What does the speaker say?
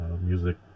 music